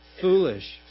foolish